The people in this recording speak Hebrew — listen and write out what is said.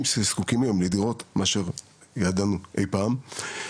שזקוקים היום לדירות להשכרה מאשר ידענו אי פעם במדינת ישראל.